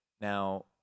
now